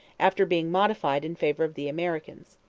after being modified in favour of the americans.